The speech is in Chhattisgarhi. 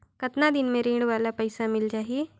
कतना दिन मे ऋण वाला पइसा मिल जाहि?